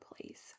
Place